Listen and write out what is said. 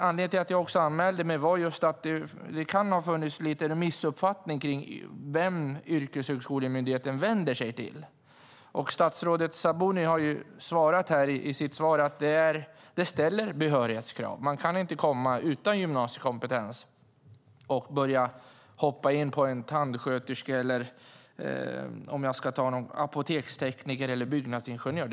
Anledningen till att jag anmälde mig till debatten är att det kan ha funnits en liten missuppfattning om vem yrkeshögskolemyndigheten vänder sig till. Statsrådet Sabuni har sagt i sitt svar att det ställer behörighetskrav. Man kan inte komma utan gymnasiekompetens och hoppa in på en utbildning till tandsköterska, apotekstekniker eller byggnadsingenjör.